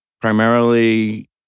primarily